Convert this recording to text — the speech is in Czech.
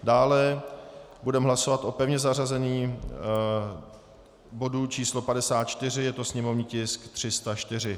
Dále budeme hlasovat o pevně zařazeném bodu číslo 54, je to sněmovní tisk 304.